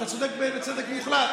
אתה צודק בצדק מוחלט.